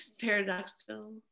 paradoxical